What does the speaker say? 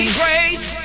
grace